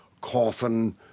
Coffin